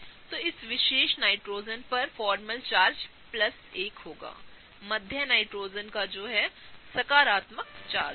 तो इस विशेष नाइट्रोजन पर फॉर्मल चार्ज प्लस 1 होगामध्य नाइट्रोजन का सकारात्मक चार्ज होगा